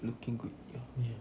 looking good ya